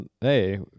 Hey